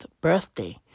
birthday